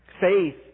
Faith